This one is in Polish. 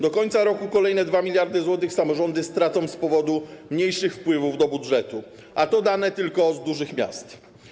Do końca roku kolejne 2 mld zł samorządy stracą z powodu mniejszych wpływów do budżetu, a to dane tylko z dużych miast.